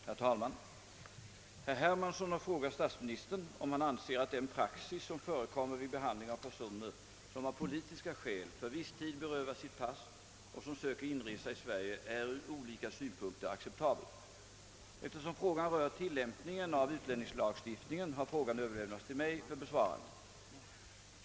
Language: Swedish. Herr talman! Herr Hermansson har frågat statsministern, om han anser att den praxis som förekommer vid behandling av personer som av politiska skäl för viss tid berövats sitt pass och som söker inresa i Sverige är ur olika synpunkter acceptabel. Eftersom frågan rör tillämpningen av utlänningslagstiftningen, har frågan överlämnats till mig för besvarande.